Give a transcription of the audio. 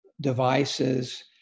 devices